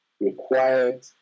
required